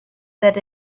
that